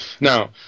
Now